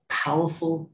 powerful